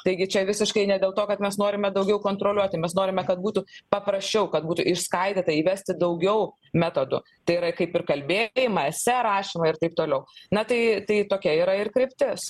taigi čia visiškai ne dėl to kad mes norime daugiau kontroliuoti mes norime kad būtų paprasčiau kad būtų išskaidyta įvesti daugiau metodų tai yra kaip ir kalbėjimąsi ar rašymą ir taip toliau na tai tai tokia yra ir kryptis